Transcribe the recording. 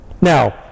Now